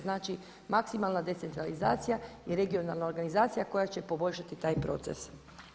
Znači maksimalna decentralizacija i regionalna organizacija koja će poboljšati taj proces.